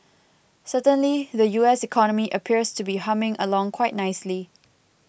certainly the U S economy appears to be humming along quite nicely